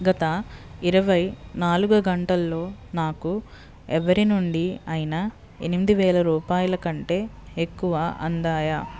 గత ఇరువై నాలుగు గంటలలో నాకు ఎవరి నుండి అయినా ఎనిమిదివేల రూపాయల కంటే ఎక్కువ అందాయా